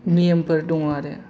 नेमफोर दङ आरो